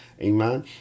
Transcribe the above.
Amen